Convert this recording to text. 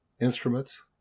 instruments